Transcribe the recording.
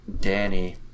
Danny